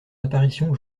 apparition